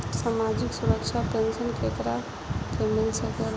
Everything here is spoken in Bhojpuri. सामाजिक सुरक्षा पेंसन केकरा के मिल सकेला?